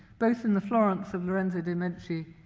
both in the florence of lorenzo de' medici,